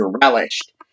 relished